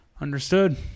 understood